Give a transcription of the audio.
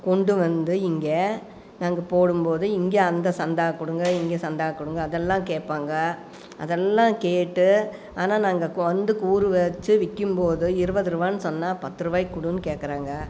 கொண்டு வந்து இங்கே நாங்கள் போடும்போது இங்கே அந்த சந்தா கொடுங்க இங்கே சந்தா கொடுங்க அதெல்லாம் கேட்பாங்க அதெல்லாம் கேட்டு ஆனால் நாங்கள் வந்து கூறு வச்சு விற்கிம்போது இருபது ரூவான் சொன்னால் பத்து ரூவாக்கி கொடுனு கேட்குறாங்க